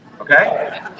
Okay